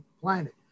planet